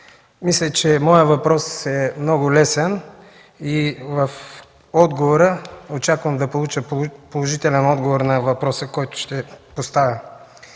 Мисля, че моят въпрос е много лесен и очаквам положителен отговор на въпроса, който ще поставя.